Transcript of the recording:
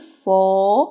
four